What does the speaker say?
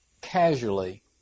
casually